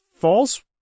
false